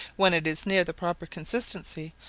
when it is near the proper consistency,